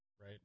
right